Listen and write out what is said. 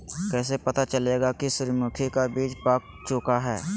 कैसे पता चलेगा की सूरजमुखी का बिज पाक चूका है?